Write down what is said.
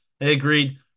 agreed